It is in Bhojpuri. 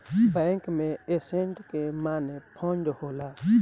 बैंक में एसेट के माने फंड होला